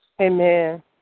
Amen